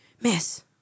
Miss